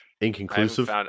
Inconclusive